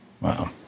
Wow